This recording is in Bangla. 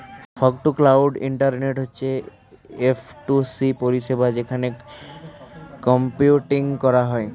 ফগ টু ক্লাউড ইন্টারনেট হচ্ছে এফ টু সি পরিষেবা যেখানে কম্পিউটিং করা হয়